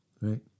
right